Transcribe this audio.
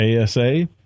ASA